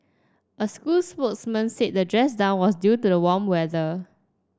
a school spokesman said the dress down was due to the warm weather